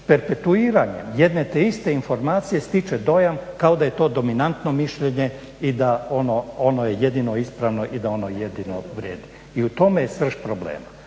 perpetuiranjem jedne te iste informacije stiče dojam kao da je to dominantno mišljenje i da ono, ono je jedino ispravno i da ono jedino vrijedi. I u tome je srž problema.